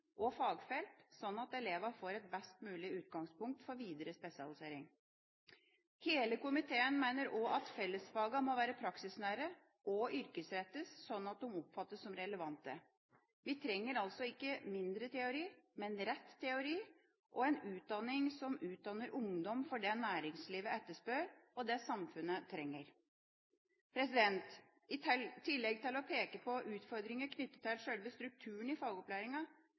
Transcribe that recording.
og fagfelt, slik at elevene får et best mulig utgangspunkt for videre spesialisering. Hele komiteen mener også at fellesfagene må være praksisnære og yrkesrettede, slik at de oppfattes som relevante. Vi trenger altså ikke mindre teori, men rett teori, og en utdanning som utdanner ungdom for det næringslivet etterspør, og det samfunnet trenger. I tillegg til å peke på utfordringer knyttet til sjølve strukturen i fagopplæringa,